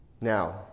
Now